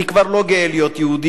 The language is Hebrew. "אני כבר לא גאה להיות יהודי,